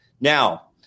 Now